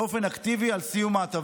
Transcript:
באופן אקטיבי על סיום ההטבה.